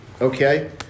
Okay